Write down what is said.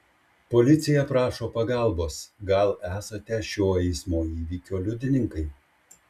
policija prašo pagalbos gal esate šio eismo įvykio liudininkai